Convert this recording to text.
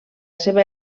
seva